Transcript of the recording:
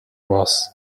voss